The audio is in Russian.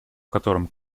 котором